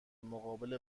مقابل